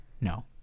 no